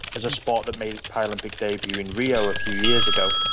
as a sport that made its paralympic debut in rio a few years ago,